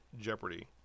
jeopardy